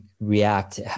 react